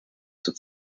zur